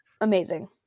amazing